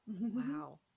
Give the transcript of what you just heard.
Wow